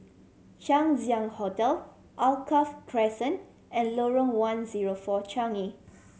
Chang Ziang Hotel Alkaff Crescent and Lorong One Zero Four Changi